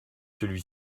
celui